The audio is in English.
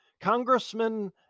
Congressman